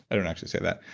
i don't actually say that,